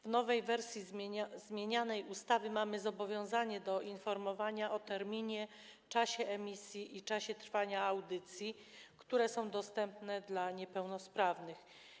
W nowej wersji zmienianej ustawy mamy zobowiązanie do informowania o terminie, czasie emisji i czasie trwania audycji, które są dostępne dla niepełnosprawnych.